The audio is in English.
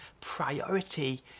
priority